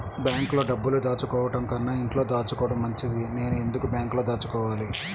బ్యాంక్లో డబ్బులు దాచుకోవటంకన్నా ఇంట్లో దాచుకోవటం మంచిది నేను ఎందుకు బ్యాంక్లో దాచుకోవాలి?